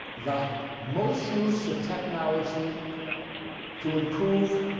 the most use of technology to improve